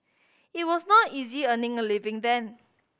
it was not easy earning a living then